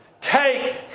Take